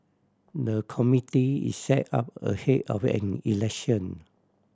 the committee is set up ahead of an election